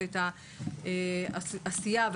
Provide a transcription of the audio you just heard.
את העשייה,